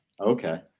Okay